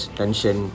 tension